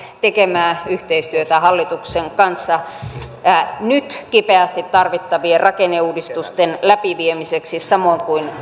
tekemään yhteistyötä hallituksen kanssa nyt kipeästi tarvittavien rakenneuudistusten läpi viemiseksi samoin kuin